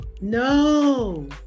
no